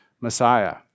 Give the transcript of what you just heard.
Messiah